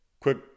Quick